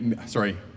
sorry